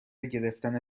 گرفتن